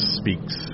speaks